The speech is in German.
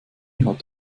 hat